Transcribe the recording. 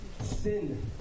Sin